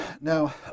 Now